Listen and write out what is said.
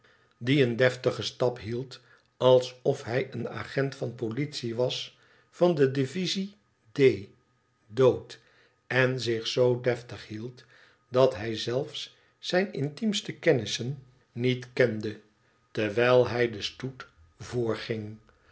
die een deftien stap hield alsof hij een agent van politie was van de divisie d ood en zich zoo deftig hield dat hij zelfs zijne intiemste kennissen niet kende terwijl hij den stoet